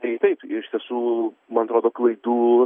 tai taip iš tiesų man atrodo klaidų